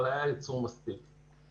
אבל היה מספיר ייצור.